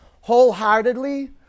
wholeheartedly